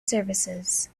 services